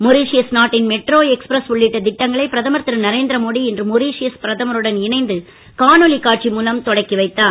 Mauritius நாட்டின் metro express உள்ளிட்ட திட்டங்களை பிரதமர் திரு நரேந்திரமோடி இன்று மொரிஷியஸ் பிரதமருடன் இணைந்து காணொலி காட்சி மூலம் தொடக்கி வைத்தார்